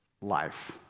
life